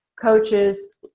coaches